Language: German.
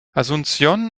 asunción